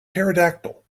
pterodactyl